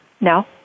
No